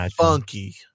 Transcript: Funky